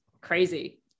crazy